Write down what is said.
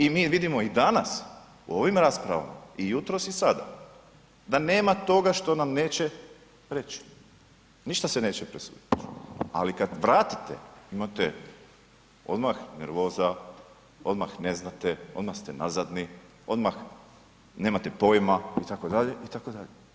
I mi vidimo i danas u ovim rasprava i jutros i sada da nema toga što nam neće reći, ništa se ... ali kad vratite imate odmah nervoza, odmah ne znate, odmah ste nazadni, odmah nemate pojma itd., itd.